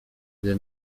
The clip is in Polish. gdy